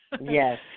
Yes